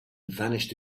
vanished